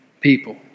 people